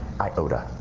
iota